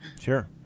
Sure